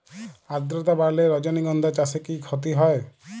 আদ্রর্তা বাড়লে রজনীগন্ধা চাষে কি ক্ষতি হয়?